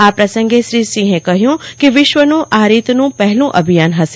આ પ્રસંગે શ્રી સિંહે કહ્યું કે વિશ્વનું આ રીતનું પહેલુ અભિયાન હશે